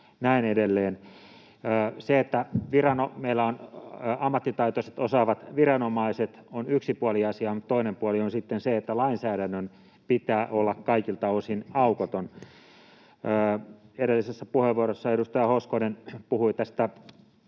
meillä on ammattitaitoiset, osaavat viranomaiset, on yksi puoli asiaa, mutta toinen puoli on sitten se, että lainsäädännön pitää olla kaikilta osin aukoton. Edellisessä puheenvuorossa edustaja Hoskonen puhui tästä